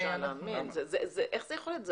איך זה יכול להיות?